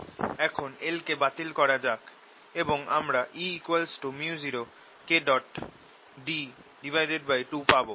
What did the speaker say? এখন l কে বাতিল করা যাক এবং আমরা E µ0Kd2 পাব